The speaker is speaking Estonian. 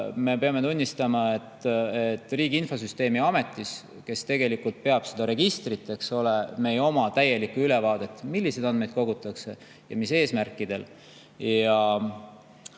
me peame tunnistama, et Riigi Infosüsteemi Amet, kes tegelikult peab seda registrit, eks ole, ei oma täielikku ülevaadet, milliseid andmeid kogutakse ja mis eesmärkidel.